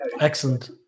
Excellent